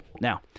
Now